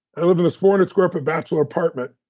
i lived in this four hundred square foot bachelor apartment,